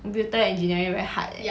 computer engineering very hard eh